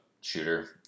shooter